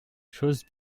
chose